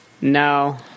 no